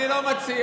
אני לא מציע.